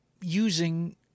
using